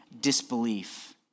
disbelief